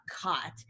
caught